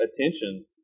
attention